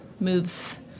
moves